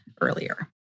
earlier